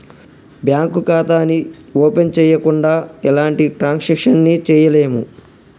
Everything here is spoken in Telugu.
బ్యేంకు ఖాతాని ఓపెన్ చెయ్యకుండా ఎలాంటి ట్రాన్సాక్షన్స్ ని చెయ్యలేము